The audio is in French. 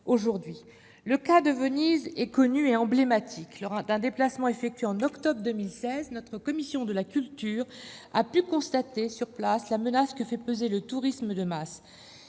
du phénomène. Le cas de Venise est connu et emblématique. Lors d'un déplacement effectué en octobre 2016, notre commission de la culture a pu constater sur place la menace que fait peser le tourisme de masse